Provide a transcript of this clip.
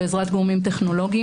עזרת גורמים טכנולוגיים.